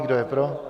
Kdo je pro?